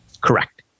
Correct